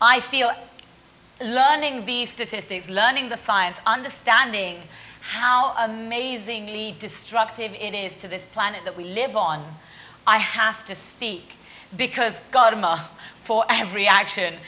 i feel learning the statistics learning the science understanding how amazingly destructive it is to this planet that we live on i have to speak because god for every action